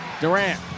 Durant